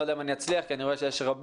לא יודע אם אני אצליח כי אני רואה שיש רבים.